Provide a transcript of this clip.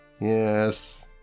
Yes